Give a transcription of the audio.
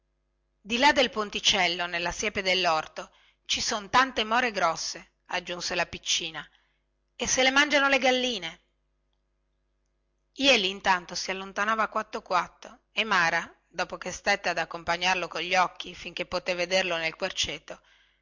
di là del ponticello nella siepe dellorto ci son tante more grosse aggiunse la piccina e se le mangiano le galline jeli intanto si allontanava quatto quatto e mara dopo che stette ad accompagnarlo cogli occhi finchè potè vederlo nel querceto